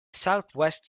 southwest